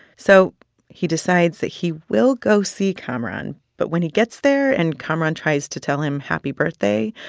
so he decides that he will go see kamaran. but when he gets there and kamaran tries to tell him happy birthday,